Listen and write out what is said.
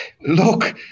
look